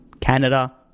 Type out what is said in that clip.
Canada